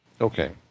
Okay